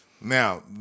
now